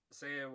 say